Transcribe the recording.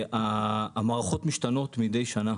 המערכות משתנות מדי שנה.